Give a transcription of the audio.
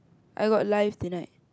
I got live tonight